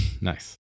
Nice